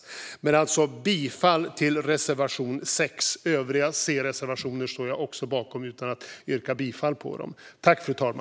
Jag yrkar alltså bifall till reservation 6, och jag står bakom också övriga C-reservationer utan att yrka bifall till dem.